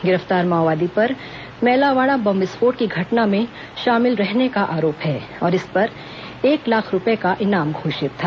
गिरफ्तार माओवादी पर मैलावाड़ा बम विस्फोट की घटना में शामिल रहने का आरोप है और इस पर एक लाख रूपये का इनाम घोषित था